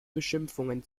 beschimpfungen